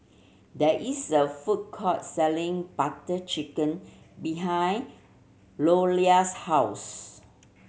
there is a food court selling Butter Chicken behind Lolla's house